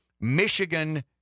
Michigan